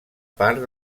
part